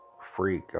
freak